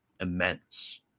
immense